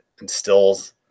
instills